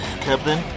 Captain